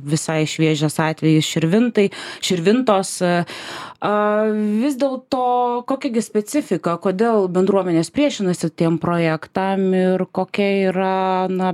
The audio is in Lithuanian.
visai šviežias atvejis širvintai širvintos vis dėlto kokia gi specifika kodėl bendruomenės priešinasi tiem projektam ir kokia yra na